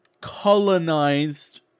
colonized